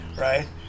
Right